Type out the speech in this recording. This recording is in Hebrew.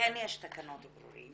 וכן יש תקנות ברורות